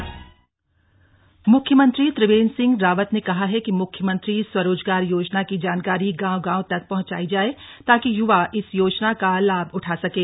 CM स्वरोजगार योजना मुख्यमंत्री त्रिवेन्द्र सिंह रावत ने कहा है कि मुख्यमंत्री स्वरोजगार योजना की जानकारी गांव गांव तक पहंचाई जाएं ताकि य्वा इस योजना का लाभ उठा सकें